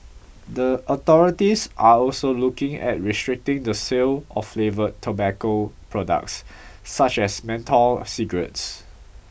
the authorities are also looking at restricting the sale of flavoured tobacco products such as menthol cigarettes